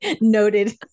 Noted